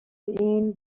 این